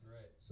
Right